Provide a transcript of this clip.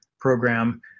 program